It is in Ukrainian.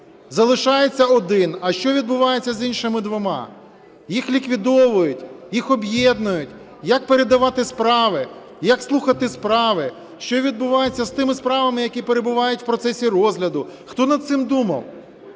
Залишається один. А що відбувається з іншими двома? Їх ліквідовують? Їх об'єднують? Як передавати справи? Як слухати справи? Що відбувається з тими справами, які перебувають в процесі розгляду? Хто над цим думав?